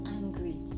angry